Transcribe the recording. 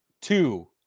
Two